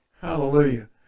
Hallelujah